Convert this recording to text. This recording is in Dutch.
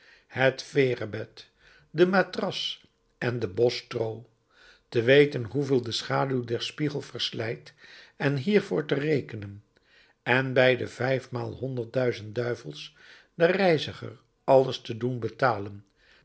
het veerebed de matras en den bos stroo te weten hoeveel de schaduw den spiegel verslijt en hiervoor te rekenen en bij de vijfmaalhonderd duizend duivels den reiziger alles te doen betalen